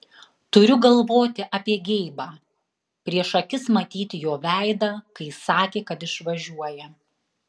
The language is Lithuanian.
turiu galvoti apie geibą prieš akis matyti jo veidą kai sakė kad išvažiuoja